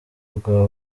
rwa